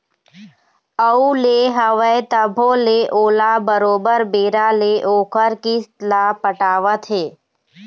अउ ले हवय तभो ले ओला बरोबर बेरा ले ओखर किस्त ल पटावत हे